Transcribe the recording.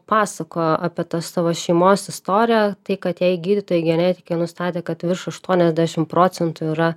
pasakojo apie tą savo šeimos istoriją tai kad jai gydytoja genetikė nustatė kad virš aštuoniasdešimt procentų yra